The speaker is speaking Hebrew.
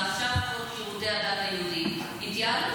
ועכשיו כל שירותי הדת היהודיים יתייעלו.